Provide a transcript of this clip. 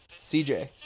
CJ